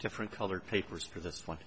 different colored papers for this one